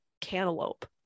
cantaloupe